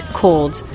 cold